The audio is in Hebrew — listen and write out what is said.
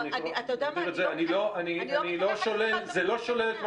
זה לא שולל,